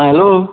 hello